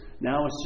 Now